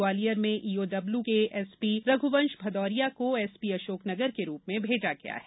ग्वालियर में ईओडब्ल्यू के एसपी रघुवंश भदौरिया को एसपी अशोकनगर के रूप में भेजा गया है